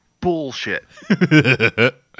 bullshit